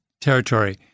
territory